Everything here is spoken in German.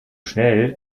schnell